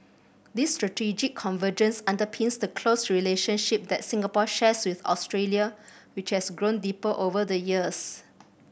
this strategic convergence underpins the close relationship that Singapore shares with Australia which has grown deeper over the years